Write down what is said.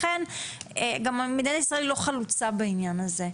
גם מדינת ישראל לא חלוצה בעניין הזה.